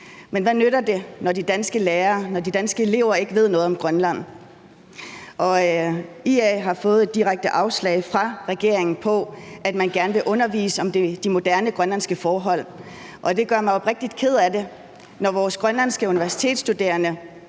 Men hvad nytter det, når de danske lærere og de danske elever ikke ved noget om Grønland? IA har fået et direkte afslag fra regeringen på, at man gerne vil have, at der bliver undervist i de moderne grønlandske forhold, og det gør mig oprigtigt ked af det, når de grønlandske universitetsstuderende